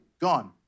gone